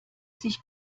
sich